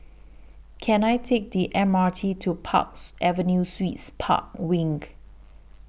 Can I Take The M R T to Park Avenue Suites Park Wing